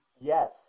Yes